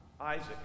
Isaac